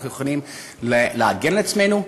אנחנו יכולים להגן על עצמנו,